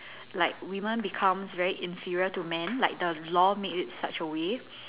like woman becomes very inferior to man like the law made it such a way